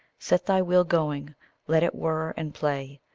set thy wheel going let it whir and play.